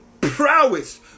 prowess